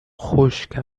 خشک